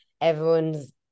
everyone's